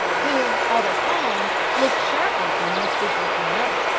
who although calm, looked sharply from one speaker to another,